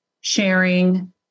sharing